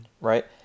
Right